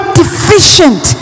deficient